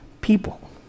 people